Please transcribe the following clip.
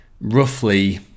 roughly